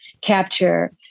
capture